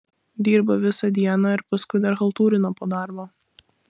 dirba visą dieną ir paskui dar chaltūrina po darbo